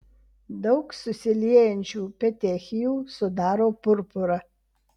daug susiliejančių petechijų sudaro purpurą